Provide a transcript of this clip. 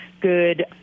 good